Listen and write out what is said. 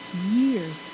years